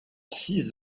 six